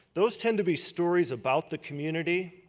those tend to be stories about the community,